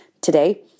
today